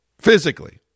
physically